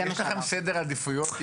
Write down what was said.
יש לכם סדר עדיפויות?